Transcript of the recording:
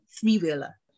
three-wheeler